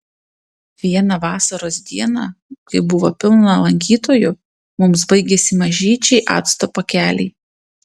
vieną vasaros dieną kai buvo pilna lankytojų mums baigėsi mažyčiai acto pakeliai